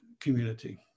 community